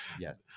Yes